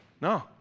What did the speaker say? no